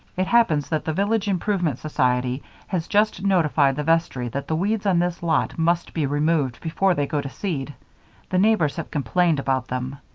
it happens that the village improvement society has just notified the vestry that the weeds on this lot must be removed before they go to seed the neighbors have complained about them.